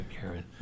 Karen